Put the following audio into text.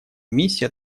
миссия